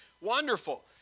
Wonderful